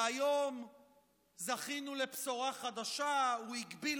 והיום זכינו לבשורה חדשה: הוא הגביל